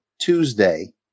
tuesday